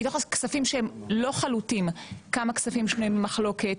הכספים שהם לא חלוטים, כמה כספים שנויים במחלוקת?